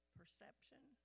perception